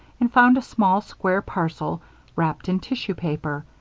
and found a small square parcel wrapped in tissue paper,